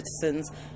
citizens